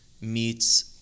meets